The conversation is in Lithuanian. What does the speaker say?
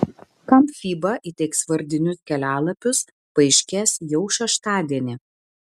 kam fiba įteiks vardinius kelialapius paaiškės jau šeštadienį